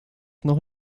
noch